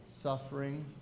suffering